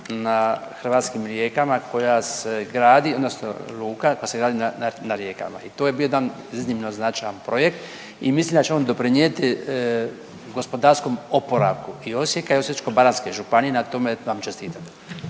na hrvatskim rijekama koja se radi odnosno luka koja se gradi na rijekama i to je bio jedan iznimno značajan projekt i mislim da će on doprinijeti gospodarskom oporavku i Osijeka i Osječko-baranjske županije, na tome vam čestitam.